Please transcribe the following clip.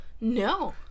No